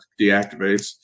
deactivates